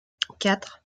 quatre